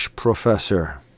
Professor